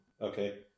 Okay